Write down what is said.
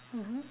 mmhmm